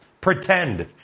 pretend